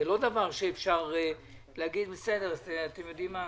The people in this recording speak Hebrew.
זה לא דבר שאפשר להגיד: בסדר, אתם יודעים מה.